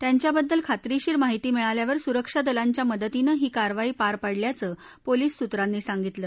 त्यांच्यावबद्दल खात्रीशीर माहिती मिळाल्यावर सुरक्षा दलांच्या मदतीने ही कारवाई पार पाडल्याचं पोलीस सुत्रांनी सांगितलं